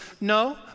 no